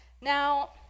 Now